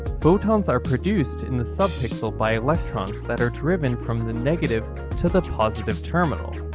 photons are produced in the subpixel by electrons that are driven from the negative to the positive terminal.